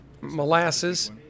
molasses